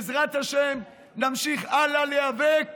בעזרת השם נמשיך הלאה להיאבק